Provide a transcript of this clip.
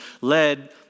led